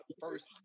first